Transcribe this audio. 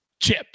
Chip